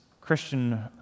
Christian